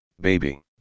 baby